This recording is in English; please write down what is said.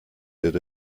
did